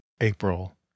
April